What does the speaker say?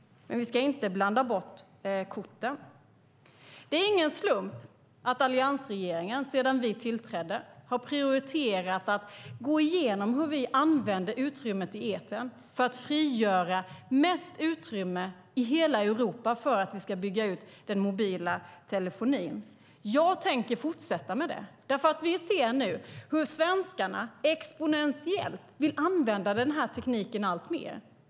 Men vi ska inte blanda bort korten. Det är ingen slump att alliansregeringen sedan vi tillträdde har prioriterat att gå igenom hur vi använder utrymmet i etern för att frigöra mest utrymme i hela Europa för att vi ska bygga ut den mobila telefonin. Jag tänker fortsätta med det. Vi ser nämligen nu hur svenskarna exponentiellt vill använda denna teknik alltmer.